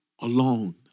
alone